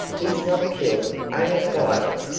he's not killed, only quieted.